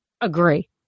agree